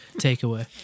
takeaway